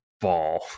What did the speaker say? ball